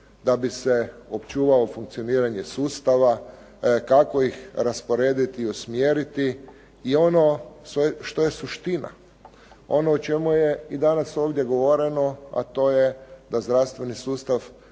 da bi se očuvalo funkcioniranje sustava, kako ih rasporediti i usmjeriti i ono što je suština. Ono o čemu je i danas ovdje govoreno, a to je da zdravstveni sustav